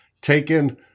taken